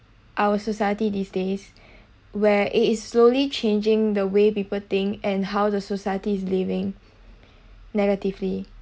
our society these days where it is slowly changing the way people think and how the society is living negatively